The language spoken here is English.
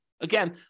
Again